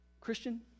Christian